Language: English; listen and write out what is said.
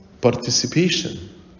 Participation